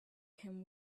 him